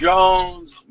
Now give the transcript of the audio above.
Jones